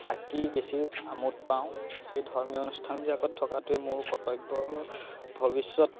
থাকি বেছি আমোদ পাওঁ সেই ধৰ্মীয় অনুষ্ঠানবিলাকত থকাটোৱেই মোৰ কৰ্তব্য ভৱিষ্যত